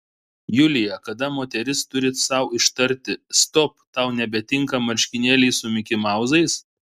julija kada moteris turi sau ištarti stop tau nebetinka marškinėliai su mikimauzais